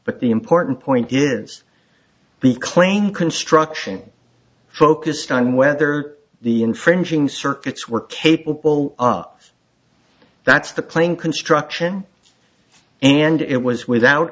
but the important point gives the claim construction focused on whether the infringing circuits were capable of that's the plane construction and it was without